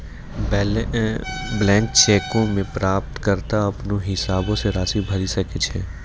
blank चेको मे प्राप्तकर्ता अपनो हिसाबो से राशि भरि सकै छै